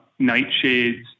nightshades